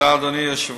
תודה, אדוני היושב-ראש.